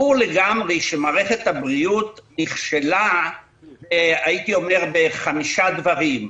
ברור לגמרי שמערכת הבריאות נכשלה בחמישה דברים: